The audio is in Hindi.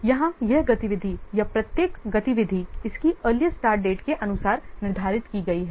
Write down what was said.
यहां यह गतिविधि या प्रत्येक गतिविधि इसकी अर्लीस्ट स्टार्ट डेट के अनुसार निर्धारित की गई है